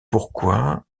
pourquoi